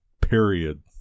Period